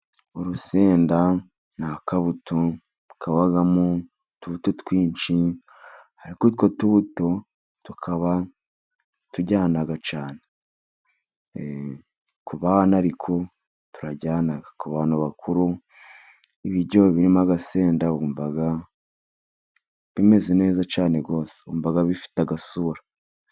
Urusenda n'akabuto kabamo utubuto twinshi, ariko utwo tubuto tukaba turyana cyane kubana ariko turaryana, ku bantu bakuru ibiryo birimo agasenda wumva bimeze neza cyane rwose, wumva bifite agasura.